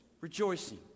rejoicing